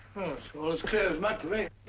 all is clear as mud to me.